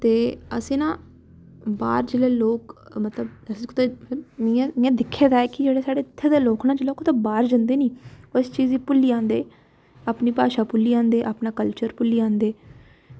ते असें ना बाह्र जेल्लै लोग मतलब इ'यां दिक्खे दा ऐ कि साढ़े जेह्ड़े इत्थै दे लोग ना जेल्लै कुदै बाह्र जंदे नि उस चीज़ गी भुल्ली जंदे अपनी भाशा भुल्ली जंदे अपना कल्चर भुल्ली जंदे